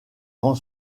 grand